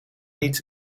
niet